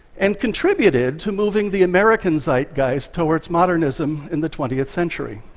and contributed to moving the american zeitgeist towards modernism in the twentieth century.